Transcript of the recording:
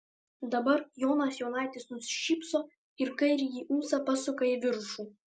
dabar jonas jonaitis nusišypso ir kairįjį ūsą pasuka į viršų